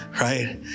right